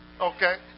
Okay